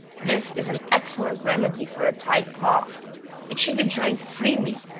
this is an excellent remedy for a tight cough it should be drank freely,